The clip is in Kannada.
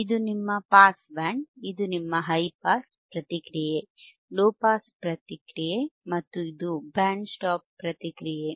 ಇದು ನಿಮ್ಮ ಪಾಸ್ ಬ್ಯಾಂಡ್ ಇದು ನಿಮ್ಮ ಹೈ ಪಾಸ್ ಪ್ರತಿಕ್ರಿಯೆ ಲೊ ಪಾಸ್ ಪ್ರತಿಕ್ರಿಯೆ ಮತ್ತು ಇದು ಬ್ಯಾಂಡ್ ಸ್ಟಾಪ್ ಪ್ರತಿಕ್ರಿಯೆ